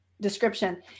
description